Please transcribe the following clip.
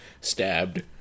stabbed